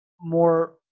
more